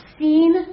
seen